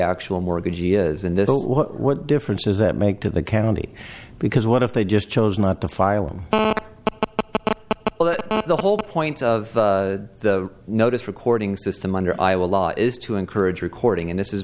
this what difference does that make to the county because what if they just chose not to file and the whole point of the notice recording system under iowa law is to encourage recording and this is